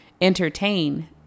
entertain